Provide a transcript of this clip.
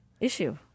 Issue